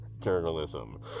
journalism